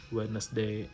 Wednesday